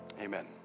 Amen